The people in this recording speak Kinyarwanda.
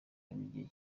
by’igihe